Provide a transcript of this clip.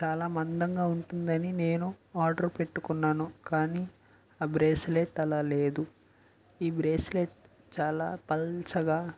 చాలా మందంగా ఉంటుందని నేను ఆర్డర్ పెట్టుకున్నాను కానీ ఆ బ్రేస్లెట్ అలా లేదు ఈ బ్రేస్లెట్ చాలా పలుచగా